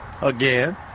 again